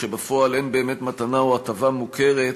כשבפועל אין באמת מתנה או הטבה מוכרת,